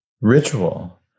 ritual